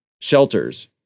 shelters